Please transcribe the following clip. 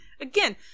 again